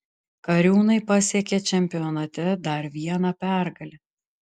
kariūnai pasiekė čempionate dar vieną pergalę